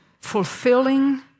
fulfilling